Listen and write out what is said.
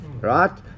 right